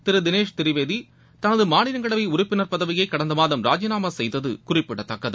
திரு தினேஷ் திரிவேதி தனது மாநிலங்களவை உறுப்பினர் பதவியை கடந்த மாதம் ராஜினாமா செய்தது குறிப்பிடத்தக்கது